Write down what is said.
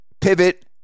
pivot